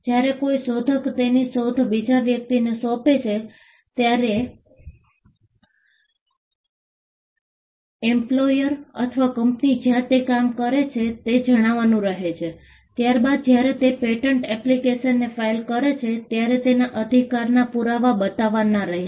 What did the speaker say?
જ્યારે કોઈ શોધક તેની શોધ બીજા વ્યક્તિને સોંપે છે ત્યારે એમ્પ્લોયર અથવા કંપની જ્યાં તે કામ કરે છે તે જણાવાનું રહે છે ત્યારબાદ જ્યારે તે પેટન્ટ એપ્લિકેશનને ફાઇલ કરે છે ત્યારે તેના અધિકારના પુરાવા બતાવવાના રહેશે